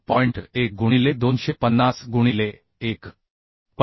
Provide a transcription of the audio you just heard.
1 गुणिले 250 गुणिले 1